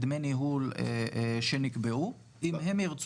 ולכן תורת המימון אומרת שנכסים כאלה בעצם תורמים